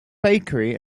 bakery